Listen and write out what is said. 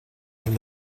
from